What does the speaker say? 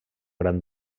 gran